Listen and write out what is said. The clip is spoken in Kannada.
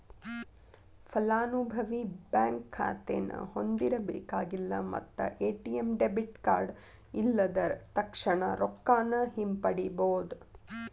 ಫಲಾನುಭವಿ ಬ್ಯಾಂಕ್ ಖಾತೆನ ಹೊಂದಿರಬೇಕಾಗಿಲ್ಲ ಮತ್ತ ಎ.ಟಿ.ಎಂ ಡೆಬಿಟ್ ಕಾರ್ಡ್ ಇಲ್ಲದ ತಕ್ಷಣಾ ರೊಕ್ಕಾನ ಹಿಂಪಡಿಬೋದ್